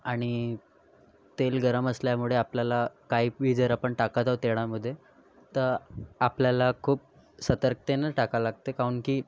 आणि तेल गरम असल्यामुळे आपल्याला काही बी जर आपण टाकत आहो तेळामधे तर आपल्याला खूप सतर्कतेने टाकावं लागते काहून की